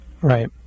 right